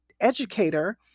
educator